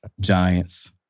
Giants